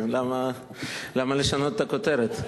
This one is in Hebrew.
למה לשנות את הכותרת?